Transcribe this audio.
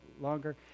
longer